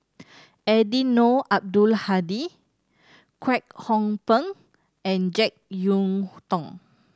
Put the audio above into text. Eddino Abdul Hadi Kwek Hong Png and Jek Yeun Thong